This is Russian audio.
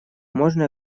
можно